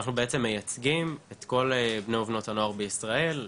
אנחנו מייצגים את כל בני ובנות הנוער בישראל,